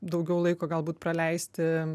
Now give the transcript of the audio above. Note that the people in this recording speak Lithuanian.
daugiau laiko galbūt praleisti